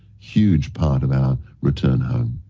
huge part of our return home.